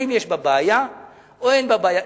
יש בה בעיה או אין בה בעיה.